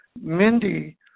Mindy